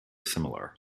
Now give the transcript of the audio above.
similar